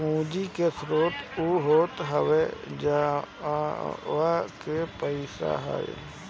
पूंजी के स्रोत उ होत हवे जहवा से पईसा आए